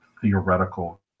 theoretical